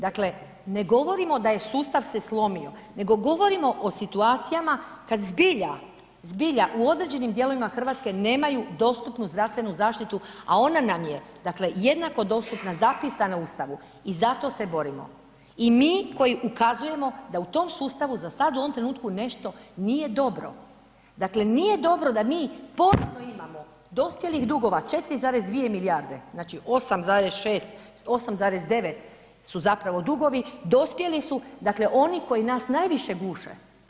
Dakle, ne govorimo da je sustav se slomio, nego govorimo o situacijama kad zbilja, zbilja u određenim dijelovima RH nemaju dostupnu zdravstvenu zaštitu, a ona nam je dakle jednako dostupna, zapisana u Ustavu i zato se borimo i mi koji ukazujemo da u tom sustavu za sad u ovom trenutku nešto nije dobro, dakle nije dobro da mi … [[Govornik se ne razumije]] imamo dospjelih dugova 4,2 milijarde, znači 8,9 su zapravo dugovi, dospjeli su, dakle oni koji nas najviše guše.